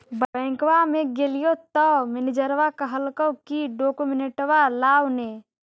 बैंकवा मे गेलिओ तौ मैनेजरवा कहलको कि डोकमेनटवा लाव ने?